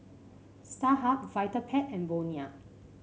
Starhub Vitapet and Bonia